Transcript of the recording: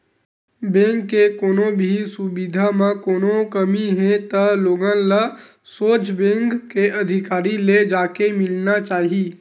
bank के कोनो भी सुबिधा म कोनो कमी हे त लोगन ल सोझ बेंक के अधिकारी ले जाके मिलना चाही